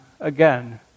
again